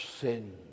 sin